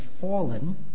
fallen